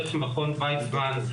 דרך מכון ויצמן,